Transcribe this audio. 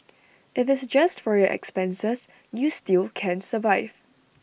if it's just for your expenses you still can survive